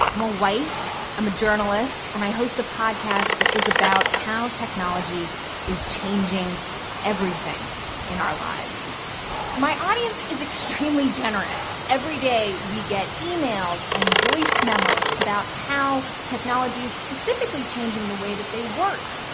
i'm a wife. i'm a journalist. and i host a podcast that is about how technology is changing everything in our lives. and my audience is extremely generous. every day, we get emails and voice memos about how technology is specifically changing the way that they work,